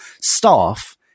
staff